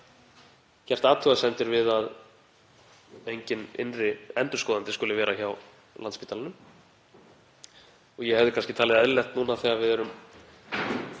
gert athugasemdir við að enginn innri endurskoðandi skuli vera hjá Landspítalanum. Ég hefði kannski talið eðlilegt núna þegar við erum